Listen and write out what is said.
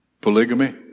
Polygamy